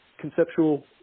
conceptual